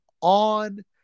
on